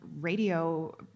radio